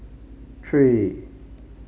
three